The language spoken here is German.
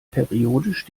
periodisch